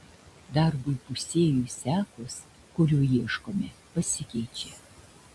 darbui įpusėjus sekos kurių ieškome pasikeičia